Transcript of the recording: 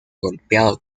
golpeado